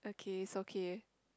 okay it's okay